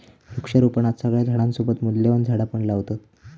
वृक्षारोपणात सगळ्या झाडांसोबत मूल्यवान झाडा पण लावतत